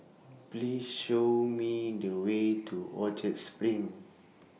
Please Show Me The Way to Orchard SPRING